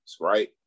right